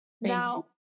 Now